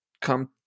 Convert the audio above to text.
come